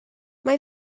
mae